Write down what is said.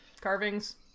carvings